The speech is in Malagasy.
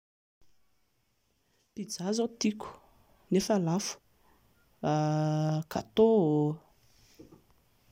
Pizza izao tiako nefa lafo, gâteau